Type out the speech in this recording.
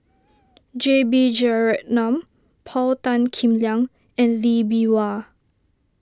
J B Jeyaretnam Paul Tan Kim Liang and Lee Bee Wah